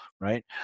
right